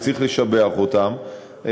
וצריך לשבח אותם,